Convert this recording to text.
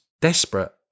desperate